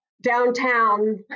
downtown